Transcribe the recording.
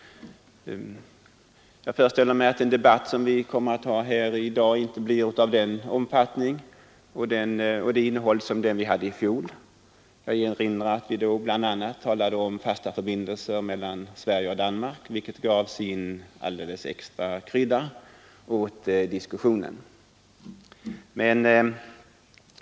Jag föreställer mig att den debatt vi kommer att ha i dag inte blir av den omfattning och det innehåll som den som fördes i fjol. Jag erinrar om att vi då bl.a. talade om fasta förbindelser mellan Sverige och Danmark, vilket gav en alldeles extra krydda åt diskussionen.